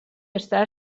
està